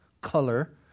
color